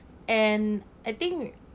and I think